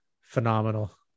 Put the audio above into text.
phenomenal